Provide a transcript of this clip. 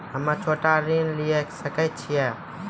हम्मे छोटा ऋण लिये सकय छियै?